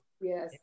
Yes